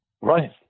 Right